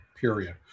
Period